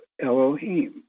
Elohim